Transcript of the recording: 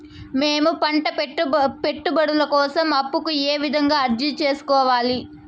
మేము పంట పెట్టుబడుల కోసం అప్పు కు ఏ విధంగా అర్జీ సేసుకోవాలి?